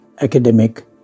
academic